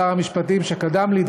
שר המשפטים שקדם לי,